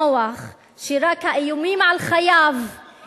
נוח שרק האיומים על חייו,